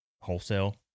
wholesale